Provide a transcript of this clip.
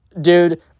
dude